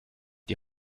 die